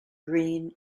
green